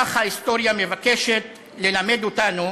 כך ההיסטוריה מבקשת ללמד אותנו,